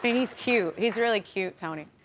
but he's cute, he's really cute, tony.